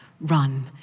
run